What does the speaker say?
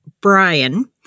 Brian